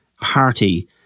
party